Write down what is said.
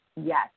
Yes